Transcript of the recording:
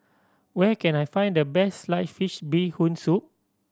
where can I find the best sliced fish Bee Hoon Soup